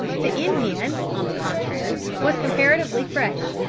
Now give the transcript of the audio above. the indian, on the contrary, was comparatively fresh,